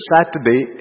Saturday